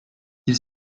ils